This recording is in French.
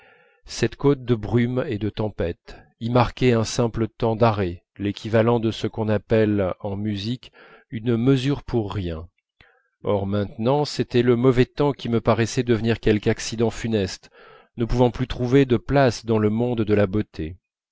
cette côte de brumes et de tempêtes y marquer un simple temps d'arrêt l'équivalent de ce qu'on appelle en musique une mesure pour rien maintenant c'était le mauvais temps qui me paraissait devenir quelque accident funeste ne pouvant plus trouver de place dans le monde de la beauté